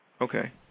Okay